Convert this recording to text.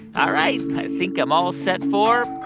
all right. i think i'm all set for.